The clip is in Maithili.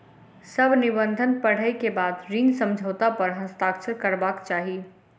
सभ निबंधन पढ़ै के बाद ऋण समझौता पर हस्ताक्षर करबाक चाही